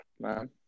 man